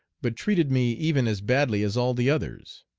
but treated me even as badly as all the others.